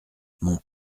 mon